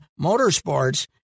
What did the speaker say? Motorsports